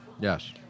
Yes